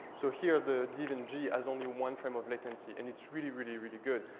so here the d and g has only one frame of latency and it's really, really, really good.